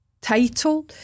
title